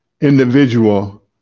individual